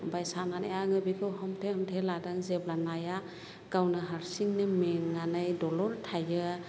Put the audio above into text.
ओमफ्राय साननानै आङो बेखौ हमथे हमथे लादों जेब्ला नाया गावनो हारसिंनो मेंनानै दलर थायो